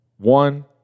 one